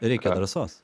reikia drąsos